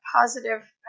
positive